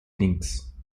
links